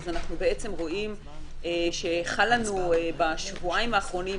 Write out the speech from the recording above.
אנחנו רואים שחל בשבועיים האחרונים,